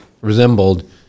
resembled